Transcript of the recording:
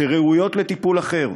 שראויות לטיפול אחר,